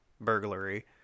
burglary